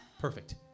Perfect